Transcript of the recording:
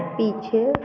पीछे